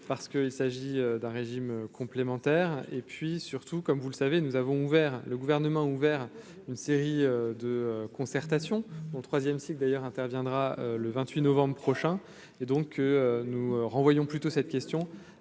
parce qu'il s'agit d'un régime complémentaire et puis surtout, comme vous le savez, nous avons ouvert, le gouvernement a ouvert une série de concertations 3ème cycle d'ailleurs interviendra le 28 novembre prochain et donc nous renvoyons plutôt cette question